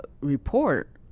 report